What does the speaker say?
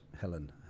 Helen